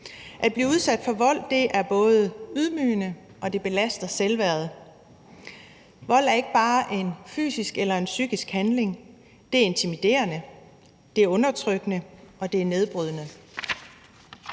At blive udsat for vold er både ydmygende, og det belaster selvværdet. Vold er ikke bare en fysisk eller en psykisk handling. Det er intimiderende, det er undertrykkende, og det er nedbrydende.